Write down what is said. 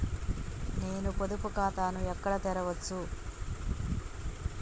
నేను పొదుపు ఖాతాను ఎక్కడ తెరవచ్చు?